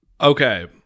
Okay